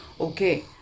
okay